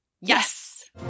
Yes